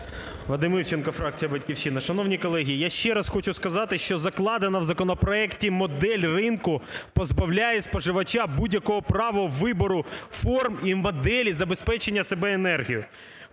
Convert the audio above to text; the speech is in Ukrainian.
Вадим Івченко, фракція "Батьківщина". Шановні колеги, я ще раз хочу сказати, що закладена в законопроекті модель ринку позбавляє споживача будь-якого права вибору форм і моделей забезпечення себе енергією.